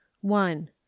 one